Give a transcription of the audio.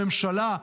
לממשלה.